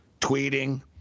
tweeting